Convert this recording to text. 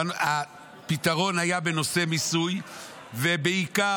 הפתרון היה בנושא מיסוי ובעיקר,